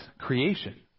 creation